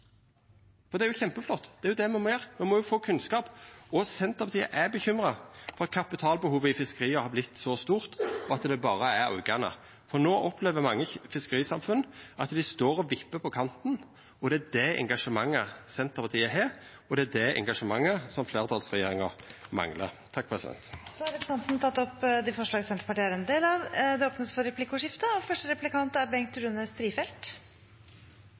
For det er jo kjempeflott, det er det me må gjera. Me må få kunnskap. Senterpartiet er bekymra for at kapitalbehovet i fiskeria har vorte så stort at det berre er aukande, for no opplever mange fiskerisamfunn at dei står og vippar på kanten. Det er det engasjementet Senterpartiet har, og det er det engasjementet fleirtalsregjeringa manglar. Representanten Geir Pollestad har tatt opp det forslaget han viste til. Det blir replikkordskifte. Fiskeripolitikk engasjerer – til og